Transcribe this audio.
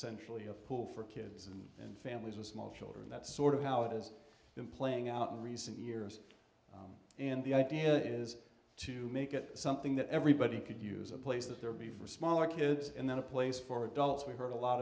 sentially a pool for kids and in families with small children that's sort of how it has been playing out in recent years and the idea is to make it something that everybody could use a place that there be for smaller kids and then a place for adults we heard a lot